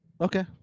Okay